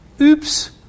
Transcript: Oops